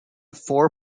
four